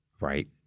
Right